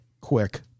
quick